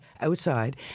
outside